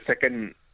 second